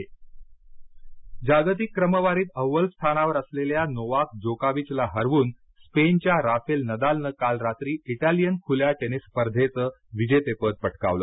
Italian खुली tennis स्पर्धा जागतिक क्रमवारीत अव्वल स्थानावर असलेल्या नोवाक जोकोविचला हरवून स्पेनच्या राफेल नदालनं काल रात्री इटॅलियन खुल्या टेनिस स्पर्धेचं विजेतेपद पटकावलं